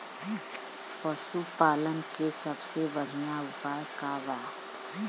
पशु पालन के सबसे बढ़ियां उपाय का बा?